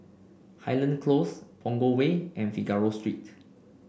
Highland Close Punggol Way and Figaro Street